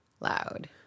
loud